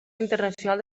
internacional